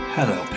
Hello